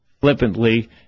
flippantly